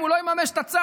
אם הוא לא יממש את הצו,